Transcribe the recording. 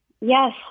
Yes